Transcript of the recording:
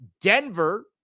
Denver